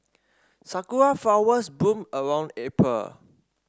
sakura flowers bloom around April